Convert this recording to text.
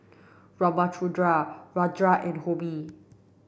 Ramchundra Rajan and Homi